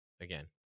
again